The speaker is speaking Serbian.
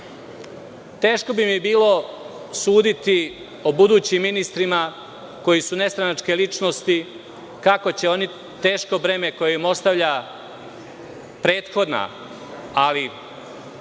Teško bi mi bilo suditi o budućim ministrima koji su nestranačke ličnosti, kako će oni teško breme koje im ostavlja prethodna, ali